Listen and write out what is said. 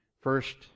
first